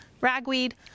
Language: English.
ragweed